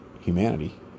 humanity